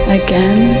again